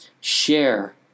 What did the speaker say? share